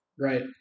Right